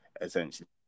Essentially